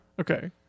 Okay